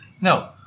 no